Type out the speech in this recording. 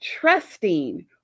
Trusting